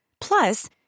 Plus